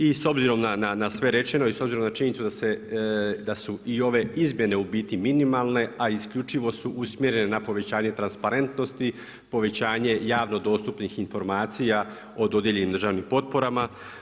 I s obzirom na sve rečeno i s obzirom na činjenicu da su i ove izmjene u biti minimalne, a isključivo su usmjerene na povećanje transparentnosti, povećanje javnog dostupnih informacija o dodijeljenim državnim potporama.